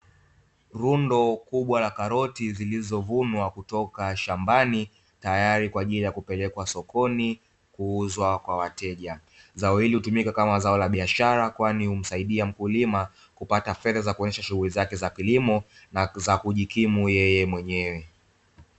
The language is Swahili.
Rundo kubwa la karoti zilizovunwa kutoka shambani, tayari kwa ajili ya kupelekwa sokoni kuuzwa kwa wateja. Zao hili hutumika kama zao la biashara, kwani humsaidia mkulima kupata fedha za kuendesha shughuli zake za kilimo na zakujikimu yeye mwenyewe.